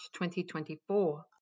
2024